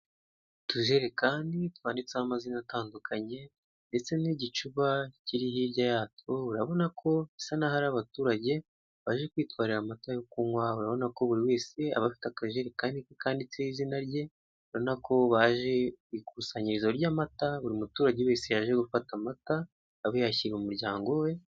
Utujerekani twanditseho amazina atandukanye ndetse n'igicuba kiri hirya yacuwo urabona ko bisa naho hari abaturage baje kwitwarira amata yo kunywa urabona ko buri wese aba afite akajerikani kandi kanditseho izina rye urabonako baje ku ikusanyirizo ry'amata buri muturage wese yaje gufata amata ayashyira umuryango we.